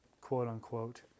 quote-unquote